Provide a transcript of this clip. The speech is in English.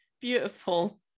beautiful